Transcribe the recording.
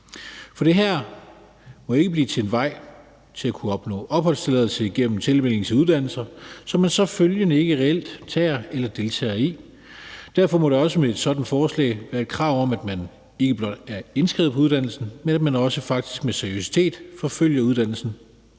For det her må ikke blive til en vej til at kunne opnå opholdstilladelse igennem tilmelding til uddannelser, som man så følgende reelt ikke tager eller deltager i. Derfor må der også med et sådant forslag være krav om, at man ikke blot er indskrevet på uddannelsen, men at man også faktisk med seriøsitet forfølger uddannelsen